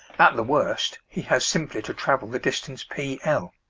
at the worst, he has simply to travel the distance p l.